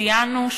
ציינו,